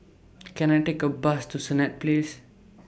Can I Take A Bus to Senett Place